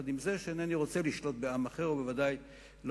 עם זה שאינני רוצה לשלוט בעם אחר ובוודאי לא